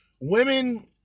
Women